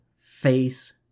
face